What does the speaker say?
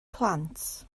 plant